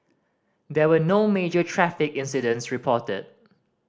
there were no major traffic incidents reported